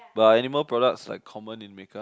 but are animal products like common in makeup